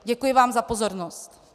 Děkuji vám za pozornost.